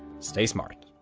stay smart.